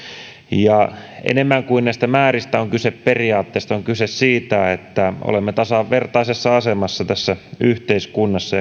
ja enemmän kuin näistä määristä on kyse periaatteesta on kyse siitä että olemme tasavertaisessa asemassa tässä yhteiskunnassa